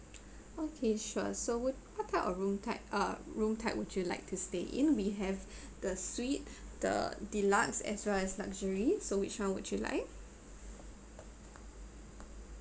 okay sure so what what type of room type uh room type would you like to stay in we have the suite the deluxe as well as luxury so which one would you like